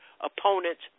opponents